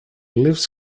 lives